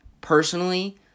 personally